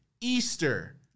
Easter